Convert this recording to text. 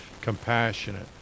compassionate